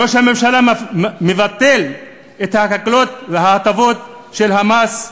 ראש הממשלה מבטל את ההקלות וההטבות של המס,